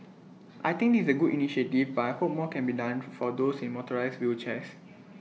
I think is A good initiative but I hope more can be done for for those in motorised wheelchairs